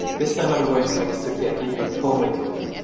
this time, i'm going to make sukiyaki with homemade tofu.